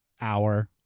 Hour